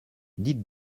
dites